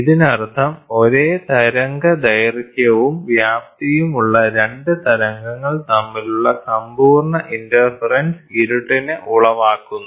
ഇതിനർത്ഥം ഒരേ തരംഗദൈർഘ്യവും വ്യാപ്തിയും ഉള്ള 2 തരംഗങ്ങൾ തമ്മിലുള്ള സമ്പൂർണ്ണ ഇന്റർഫെറെൻസ് ഇരുട്ടിനെ ഉളവാക്കുന്നു